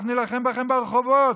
אנחנו נילחם בכם ברחובות.